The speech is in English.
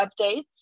updates